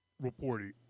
reported